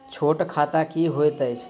छोट खाता की होइत अछि